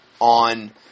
on